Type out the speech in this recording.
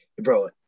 Bro